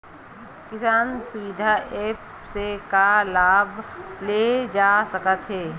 किसान सुविधा एप्प से का का लाभ ले जा सकत हे?